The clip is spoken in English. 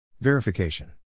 Verification